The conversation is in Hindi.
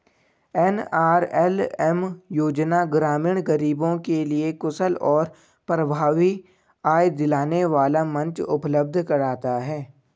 एन.आर.एल.एम योजना ग्रामीण गरीबों के लिए कुशल और प्रभावी आय दिलाने वाला मंच उपलब्ध कराता है